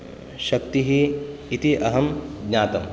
शक्तिः इति अहं ज्ञातम्